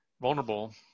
vulnerable